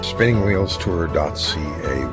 SpinningWheelsTour.ca